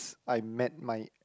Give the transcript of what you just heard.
I met my